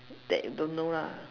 that don't know lah